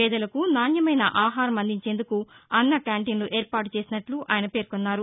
పేదలకు నాణ్యమైన ఆహారం అందించేందుకు అన్న క్యాంటీస్లు ఏర్పాటు చేసినట్లు ఆయన పేర్కొన్నారు